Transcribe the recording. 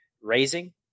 raising